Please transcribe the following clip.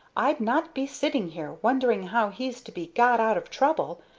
i'd not be sitting here wondering how he's to be got out of trouble,